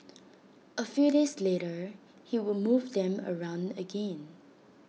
A few days later he would move them around again